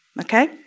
Okay